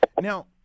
Now